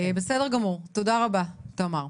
בסדר גמור, תודה רבה, תמר.